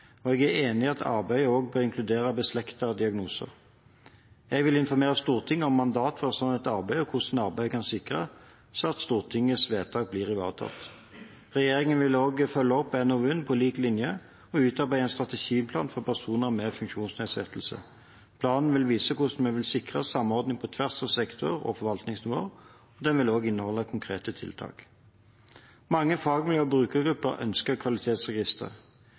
og jeg er enig i at arbeidet også bør inkludere beslektede diagnoser. Jeg vil informere Stortinget om mandat for et slikt arbeid, og for hvordan arbeidet kan sikre at Stortingets vedtak blir ivaretatt. Regjeringen vil på lik linje også følge opp NOU-en og utarbeide en strategiplan for personer med funksjonsnedsettelse. Planen vil vise hvordan vi vil sikre samordning på tvers av sektorer og forvaltningsnivåer, og den vil også inneholde konkrete tiltak. Mange fagmiljøer og brukergrupper ønsker kvalitetsregister.